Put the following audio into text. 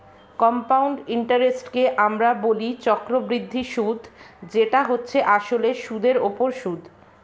compound ইন্টারেস্টকে আমরা বলি চক্রবৃদ্ধি সুদ যেটা হচ্ছে আসলে সুদের উপর সুদ